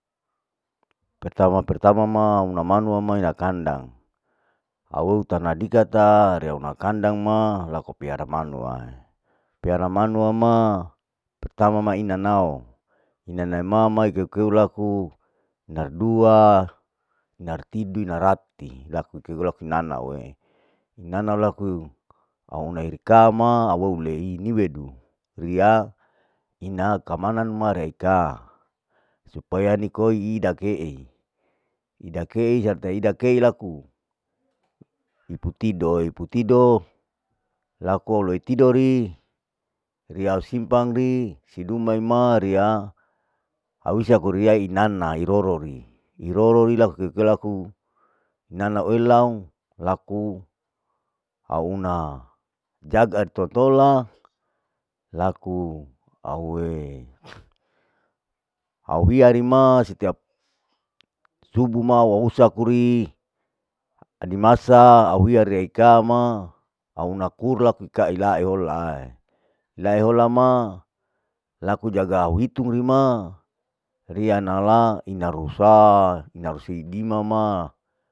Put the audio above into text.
Pertama pertama ma au namanu au ma ya kandang, au eu tana dikata reanau kandang ma laku piara manwae, piara manwa ma pertama ina nao, inana mama ikeu keu laku, nardua, nartidui, narrati, laku ikeu keu laku inanaue, inana laku aue una iri kaama au eu ulei niwedu, riya ina kamanu ma riya ikaa, supaya niki iida keei, ida keei serta ida keei laku, iputido, iputido laku au loi tidori riya isimpan ri, siduma imaa riya, au isa ku riyai inana irorori, irorori laku ikei laku, inana elau laku au una jaga toltola laku aue, au hiarima setiap subu ma wausa kuri, adi masa auria heikama au laku laku ikai holai, laihola ma laku jaga au hitung rima rianala ina rusa ina rusei dimama.'